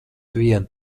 vien